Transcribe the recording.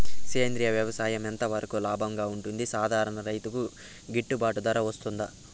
సేంద్రియ వ్యవసాయం ఎంత వరకు లాభంగా ఉంటుంది, సాధారణ రైతుకు గిట్టుబాటు ధర వస్తుందా?